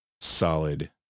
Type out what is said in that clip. solid